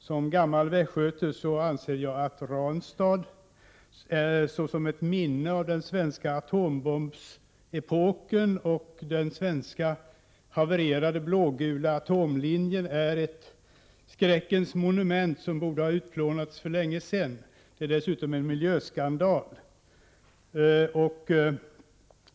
Som gammal västgöte anser jag att Ranstad är som ett minne av den gamla atombombsepoken. Den svenska havererade blågula atomlinjen är ett skräckens monument som borde ha utplånats för länge sedan. Det är dessutom en miljöskandal.